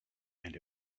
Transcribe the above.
and